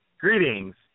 Greetings